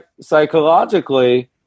psychologically